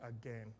again